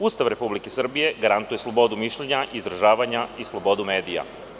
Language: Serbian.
Ustav Republike Srbije garantuje slobodu mišljenja, izražavanja i slobodu medija.